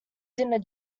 dinner